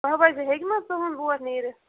بَجے ہیٚکہِ نہٕ حظ تُہُنٛد بوٹ نیٖرِتھ